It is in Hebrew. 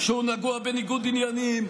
שהוא נגוע בניגוד עניינים,